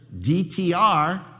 DTR